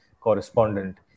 correspondent